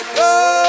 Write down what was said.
go